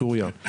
סוריה.